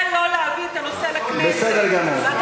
זה לא להביא את הנושא לכנסת, בסדר גמור.